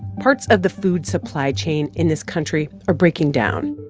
parts of the food supply chain in this country are breaking down.